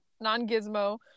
non-gizmo